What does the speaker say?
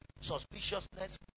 suspiciousness